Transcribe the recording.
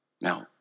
now